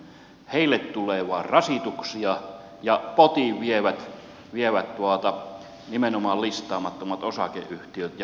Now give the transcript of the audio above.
heille tulee vain rasituksia ja potin vievät nimenomaan listaamattomat osakeyhtiöt ja suuret yritykset